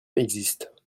existe